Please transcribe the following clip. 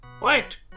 Wait